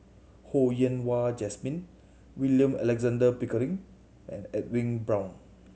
Ho Yen Wah Jesmine William Alexander Pickering and Edwin Brown